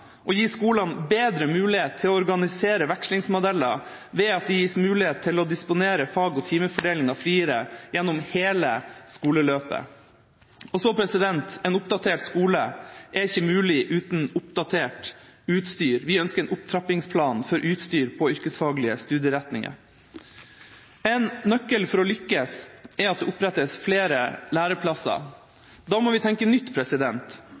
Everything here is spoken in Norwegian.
å gi skolene bedre mulighet til å organisere vekslingsmodeller, ved at de gis mulighet til å disponere fag- og timefordelinga friere gjennom hele skoleløpet. En oppdatert skole er ikke mulig uten oppdatert utstyr. Vi ønsker en opptrappingsplan for utstyr på yrkesfaglige studieretninger. En nøkkel for å lykkes er at det opprettes flere læreplasser. Da må vi tenke nytt.